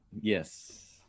Yes